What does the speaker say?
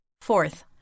Fourth